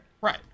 Right